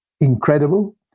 Incredible